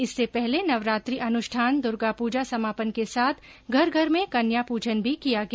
इससे पहले नवरात्रि अनुष्ठान दुर्गा पूजा समापन के साथ घर घर में कन्या पूजन भी किया गया